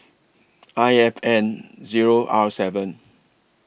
I F N Zero R seven